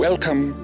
Welcome